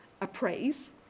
appraise